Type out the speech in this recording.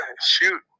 shoot